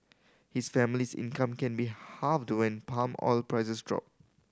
his family's income can be halved when palm oil prices drop